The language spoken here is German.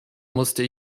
musste